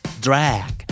Drag